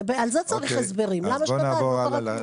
על זה צריך הסברים, למה שנתיים לא קרה כלום?